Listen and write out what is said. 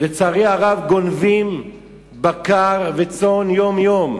לצערי הרב, גונבים בקר וצאן יום-יום,